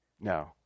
No